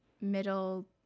middle